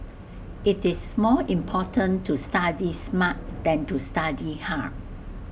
IT is more important to study smart than to study hard